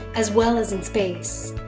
as well as in space!